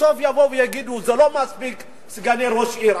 בסוף יבואו ויגידו: זה לא מספיק סגני ראש עיר,